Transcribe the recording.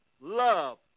Love